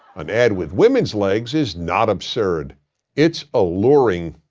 an ad with women's legs is not absurd it's alluring.